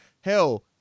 hell